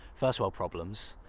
first world problems.